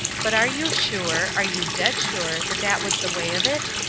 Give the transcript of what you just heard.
but are you sure, are you dead sure, that that was the way of it?